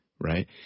right